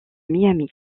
miami